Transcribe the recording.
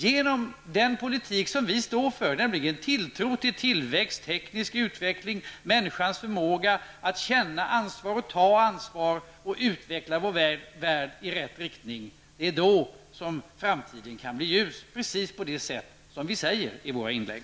Genom den politik som vi står för, nämligen tilltro beträffande tillväxt, teknisk utveckling och människans förmåga att känna och ta ansvar samt utveckling av vår värld i rätt riktning, kan framtiden bli ljus -- precis på det sätt som vi säger i våra inlägg.